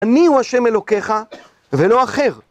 אני הוא השם אלוקיך, ולא אחר.